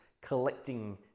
collecting